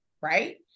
right